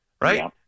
right